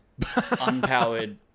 unpowered